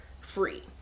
free